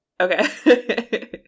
Okay